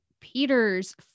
Peter's